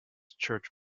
church